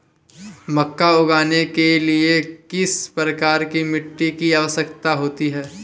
मक्का उगाने के लिए किस प्रकार की मिट्टी की आवश्यकता होती है?